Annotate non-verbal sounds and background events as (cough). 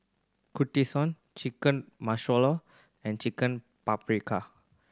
Kushikatsu Chicken (unintelligible) and Chicken Paprika